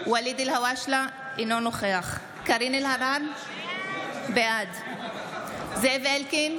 אינו נוכח קארין אלהרר, בעד זאב אלקין,